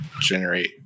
generate